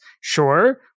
Sure